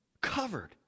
Covered